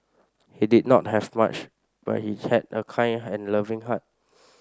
he did not have much but he had a kind hand loving heart